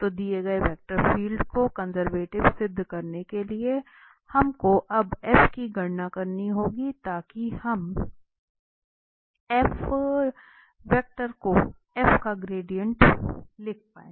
तो दिए गए वेक्टर फील्ड को कन्सेर्वटिव सिद्ध करने के लिए हमको अब f की गरणा करनी होगी ताकि हम को f का ग्रेडिएंट लिख पाए